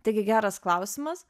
taigi geras klausimas